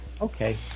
Okay